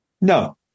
No